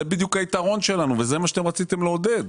זה בדיוק היתרון שלנו וזה מה שאתם רציתם לעודד.